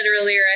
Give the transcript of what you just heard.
earlier